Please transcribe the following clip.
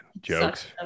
jokes